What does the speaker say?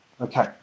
Okay